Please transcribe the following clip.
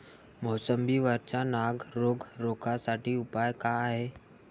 मोसंबी वरचा नाग रोग रोखा साठी उपाव का हाये?